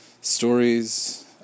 Stories